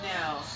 now